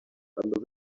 under